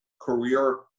career